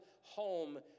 home